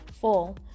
full